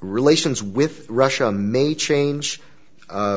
relations with russia may change a